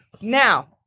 Now